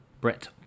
Brett